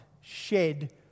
shed